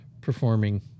performing